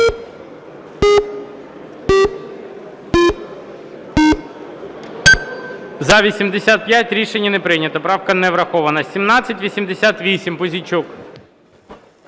За-79 Рішення не прийнято. Правка не врахована. 2571. Пузійчук.